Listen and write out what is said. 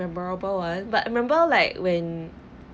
memorable one but remember like when